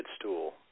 stool